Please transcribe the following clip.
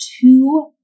two